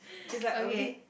is like a bit